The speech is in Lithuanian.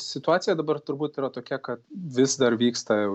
situacija dabar turbūt yra tokia kad vis dar vyksta